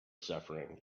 suffering